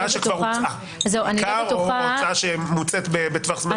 הצעה שכבר הוצעה --- או הצעה שמוצאת בטווח זמן מידי.